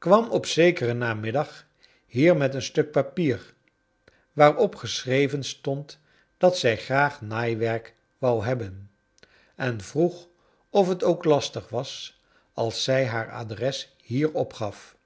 kwam op zekeren narniddag hier met een stuk papier waarop geschreven stond dat zij graag naaiwerk wou hebben en vroeg of het ook lastig was als zij haar adres hier opgaf